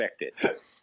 expected